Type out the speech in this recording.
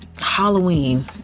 Halloween